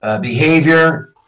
behavior